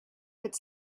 its